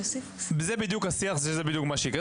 זה בדיוק השיח וזה בדיוק מה שיקרה.